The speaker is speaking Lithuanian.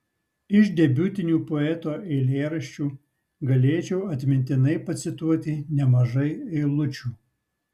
iš debiutinių poeto eilėraščių galėčiau atmintinai pacituoti nemažai eilučių